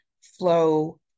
flow